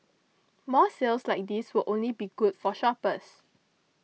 more sales like these will only be good for shoppers